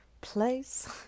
place